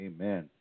Amen